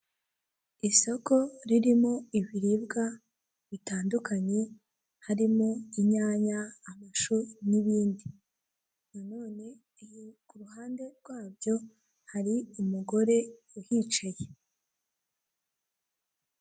Isoko ririmo ibiribwa bitandukanye harimo inyanya, amashu n'ibindi nanone ku ruhande rwabyo hari umugore uhicaye.